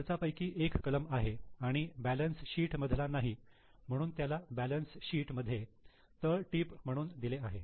हा खर्चापैकी एक कलम आहे आणि बॅलन्स शीट मधला नाही म्हणून त्याला बॅलन्स शीट मध्ये तळटीप म्हणून दिले आहे